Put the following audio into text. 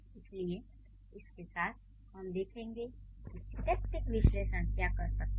इसलिए इसके साथ हम देखेंगे कि सिंटैक्टिक विश्लेषण क्या कर सकते हैं